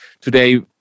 Today